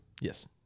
Yes